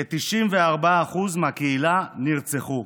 כ-94% מהקהילה נרצחו.